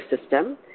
system